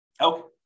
Okay